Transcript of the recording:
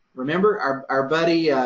remember, our our buddy, yeah